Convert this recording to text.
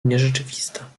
nierzeczywista